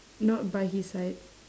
not by his side